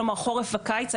כלומר חורף וקיץ,